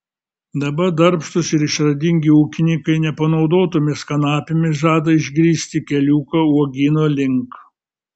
dabar darbštūs ir išradingi ūkininkai nepanaudotomis kanapėmis žada išgrįsti keliuką uogyno link